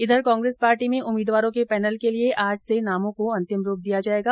इधर कांग्रेंस पार्टी में उम्मीदवारों के पैनल के लिये आज से नामों को अंतिम रूप दिया जायेगा